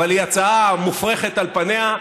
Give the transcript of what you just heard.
אבל היא הצעה מופרכת על פניה,